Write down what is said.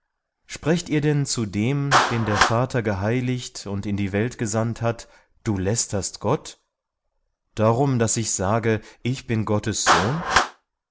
sprecht ihr denn zu dem den der vater geheiligt und in die welt gesandt hat du lästerst gott darum daß ich sage ich bin gottes sohn